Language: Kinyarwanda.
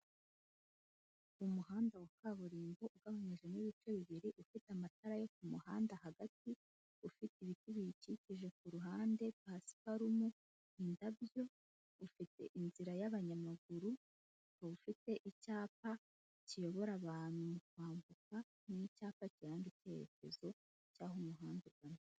Umuhanda wa kaburimbo ugabanyijemo ibice bibiri, ufite amatara yo ku muhanda hagati, ufite ibiti biyikikije ku ruhande pasiparumi, indabyo, ufite inzira y'abanyamaguru, ufite icyapa kiyobora abantu mu kwambuka, ni icyapa kiranga icyerekezo cy'aho umuhanda ugana.